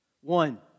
One